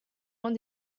loin